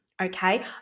Okay